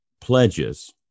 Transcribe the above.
pledges